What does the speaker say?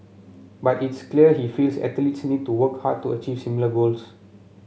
but it's clear he feels athletes need to work hard to achieve similar goals